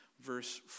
verse